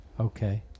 okay